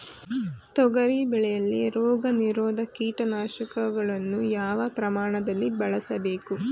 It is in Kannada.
ತೊಗರಿ ಬೆಳೆಯಲ್ಲಿ ರೋಗನಿರೋಧ ಕೀಟನಾಶಕಗಳನ್ನು ಯಾವ ಪ್ರಮಾಣದಲ್ಲಿ ಬಳಸಬೇಕು?